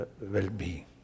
well-being